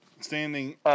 Standing